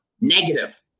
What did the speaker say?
negative